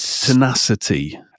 tenacity